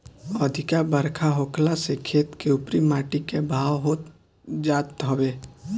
अधिका बरखा होखला से खेत के उपरी माटी के बहाव होत जात हवे